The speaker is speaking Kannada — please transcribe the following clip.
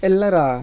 ಎಲ್ಲರ